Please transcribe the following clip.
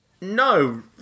no